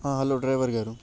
hello driver గారు